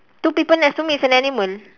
two people as long it's an animal